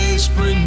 Spring